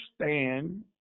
understand